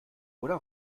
oder